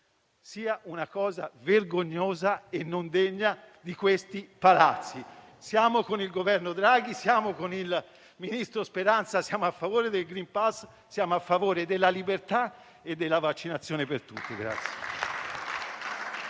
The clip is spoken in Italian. sia una cosa vergognosa e non degna di questi palazzi. Siamo con il Governo Draghi, siamo con il ministro Speranza, siamo a favore del *green pass*, siamo a favore della libertà e della vaccinazione per tutti.